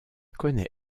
connaît